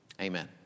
Amen